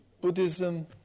Buddhism